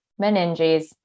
meninges